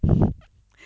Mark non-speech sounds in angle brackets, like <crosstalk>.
<laughs>